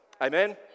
Amen